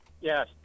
Yes